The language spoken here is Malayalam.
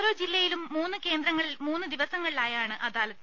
ഓരോ ജില്ലയിലും മൂന്ന് കേന്ദ്രങ്ങളിൽ മൂന്ന് ദിവസങ്ങളിലായാണ് അദാലത്ത്